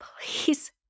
please